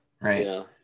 Right